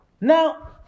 Now